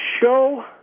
show